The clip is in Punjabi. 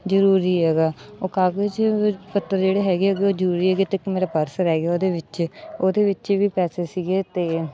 ਜ਼ਰੂਰੀ ਹੈਗਾ ਉਹ ਕਾਗਜ਼ ਪੱਤਰ ਜਿਹੜੇ ਹੈਗੇ ਉਹ ਜ਼ਰੂਰੀ ਹੈਗੇ ਅਤੇ ਇੱਕ ਮੇਰਾ ਪਰਸ ਰਹਿ ਗਿਆ ਉਹਦੇ ਵਿੱਚ ਉਹਦੇ ਵਿੱਚ ਵੀ ਪੈਸੇ ਸੀਗੇ ਅਤੇ